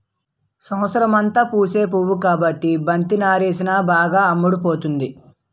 సంవత్సరమంతా పూసే పువ్వు కాబట్టి బంతి నారేసాను బాగా అమ్ముడుపోతుంది